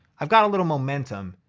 i've got a little momentum,